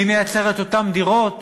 מי מייצר את אותן דירות